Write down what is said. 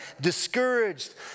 discouraged